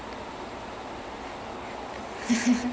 going to flash point more than two worlds